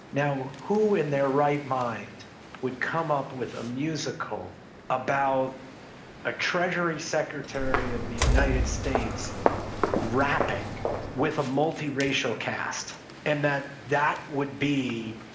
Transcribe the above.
now, who in their right mind would come up with a musical about a treasury secretary of the united states rapping with a multiracial cast and that that would